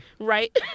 Right